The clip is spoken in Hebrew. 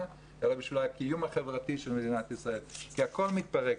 אלא בשביל הקיום החברתי של מדינת ישראל כי הכול מתפרק.